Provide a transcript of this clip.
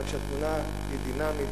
אבל כשהתמונה היא דינמית,